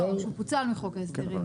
לא, הוא פוצל מחוק ההסדרים.